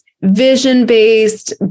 vision-based